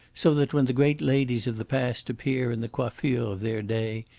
so that, when the great ladies of the past appear in the coiffure of their day,